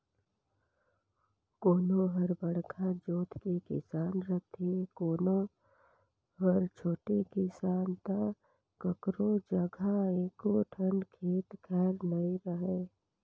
कोनो हर बड़का जोत के किसान रथे, कोनो हर छोटे किसान त कखरो जघा एको ठन खेत खार नइ रहय